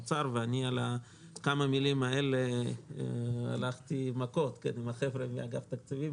האוצר ועל כמה המילים האלה אני הלכתי מכות עם החבר'ה מאגף התקציבים,